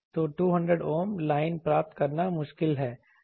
तो 200 Ohm line प्राप्त करना मुश्किल है